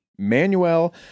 Manuel